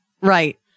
Right